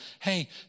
hey